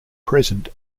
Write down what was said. present